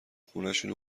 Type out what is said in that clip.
خونشون